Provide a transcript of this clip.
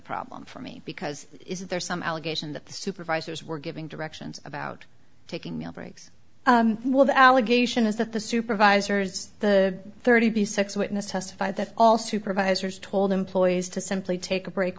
problem for me because is there some allegation that the supervisors were giving directions about taking meal breaks while the allegation is that the supervisors the thirty six witness testified that all supervisors told employees to simply take a break